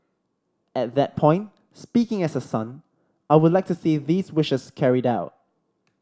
at that point speaking as a son I would like to see these wishes carried out